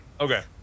Okay